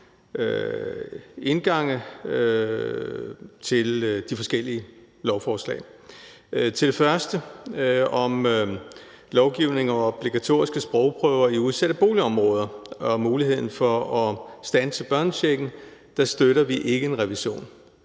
indgange til de forskellige lovforslag. Til det første om lovgivning om obligatoriske sprogprøver i udsatte boligområder og om muligheden for at standse børnechecken støtter vi ikke en